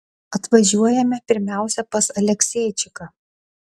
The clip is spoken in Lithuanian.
atvažiuojame pirmiausia pas alekseičiką